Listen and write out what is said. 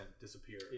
disappear